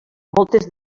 moltes